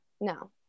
No